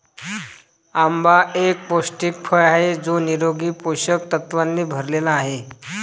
आंबा एक पौष्टिक फळ आहे जो निरोगी पोषक तत्वांनी भरलेला आहे